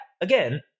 again